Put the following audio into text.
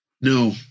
No